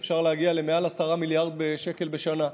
אפשר להגיע ליותר מ-10 מיליארד שקל בשנה.